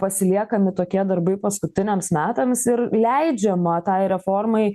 pasiliekami tokie darbai paskutiniams metams ir leidžiama tai reformai